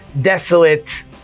desolate